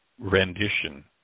Rendition